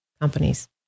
companies